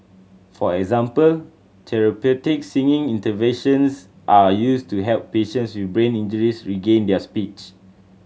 for example therapeutic singing interventions are used to help patients with brain injuries regain their speech